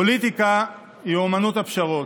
פוליטיקה היא אומנות הפשרות,